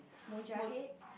Mogahed